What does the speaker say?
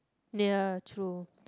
near true